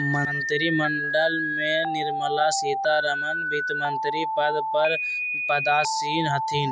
मंत्रिमंडल में निर्मला सीतारमण वित्तमंत्री पद पर पदासीन हथिन